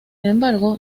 embargo